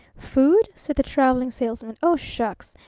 food? said the traveling salesman. oh, shucks!